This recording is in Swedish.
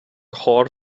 har